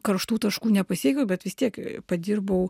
karštų taškų nepasiekiau bet vis tiek padirbau